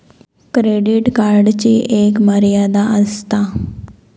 credit कार्डची एक मर्यादा आसता